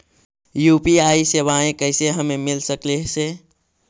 UPI सेवाएं कैसे हमें मिल सकले से?